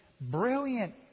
brilliant